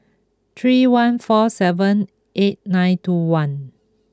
three one four seven eight nine two one